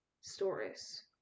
Stories